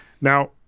Now